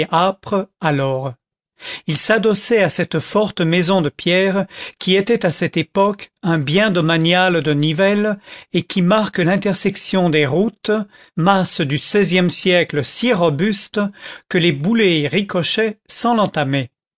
âpre alors il s'adossait à cette forte maison de pierre qui était à cette époque un bien domanial de nivelles et qui marque l'intersection des routes masse du seizième siècle si robuste que les boulets y ricochaient sans l'entamer